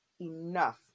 enough